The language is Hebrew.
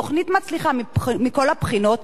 תוכנית מצליחה מכל הבחינות,